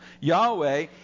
Yahweh